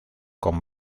con